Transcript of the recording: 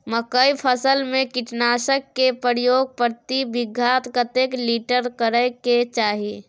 मकई फसल में कीटनासक के प्रयोग प्रति बीघा कतेक लीटर करय के चाही?